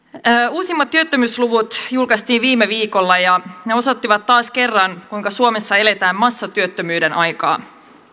uusimmat työttömyysluvut julkaistiin viime viikolla ja ne osoittivat taas kerran kuinka suomessa eletään massatyöttömyyden aikaa